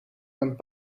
met